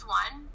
one